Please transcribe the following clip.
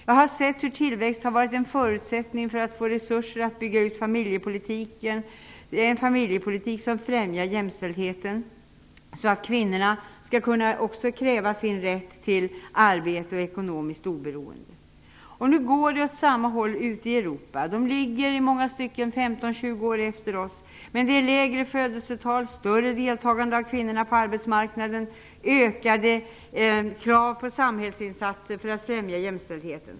Jag har sett hur tillväxt varit en förutsättning för att få resurser att bygga ut en familjepolitik som främjar jämställdheten, så att kvinnorna skall kunna kräva sin rätt till arbete och ekonomiskt oberoende. Nu går utvecklingen åt samma håll ute i Europa. Man ligger i många stycken 15-20 år efter oss, men man har lägre födelsetal, större deltagande av kvinnor på arbetsmarknaden, ökade krav på samhällsinsatser för att främja jämställdheten.